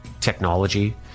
technology